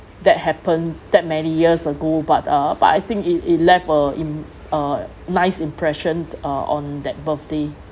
that happen that many years ago but uh but I think it it left a im~ uh nice impression uh on that birthday